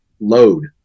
load